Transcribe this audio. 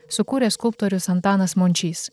sukūrė skulptorius antanas mončys